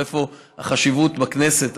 איפה החשיבות בכנסת,